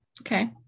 Okay